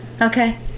Okay